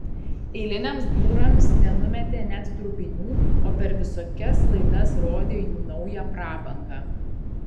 eiliniams būrams nenumetė net trupinių o per visokias laidas rodė jų naują prabangą